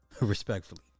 Respectfully